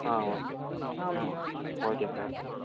ஆ ம் okay sir